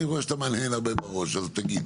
אני רואה שאתה מהנהן הרבה בראש, אז תגיד.